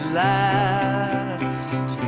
last